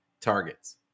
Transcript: targets